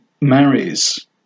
marries